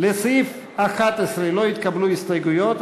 לסעיף 11 לא התקבלו הסתייגויות.